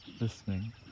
listening